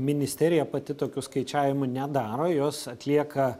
ministerija pati tokių skaičiavimų nedaro juos atlieka